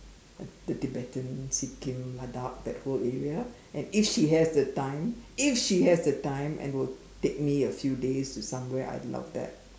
the Tibetan Sikkim Ladakh that whole area and if she has the time if she has the time and would take me a few days to somewhere I'd love that